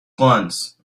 glance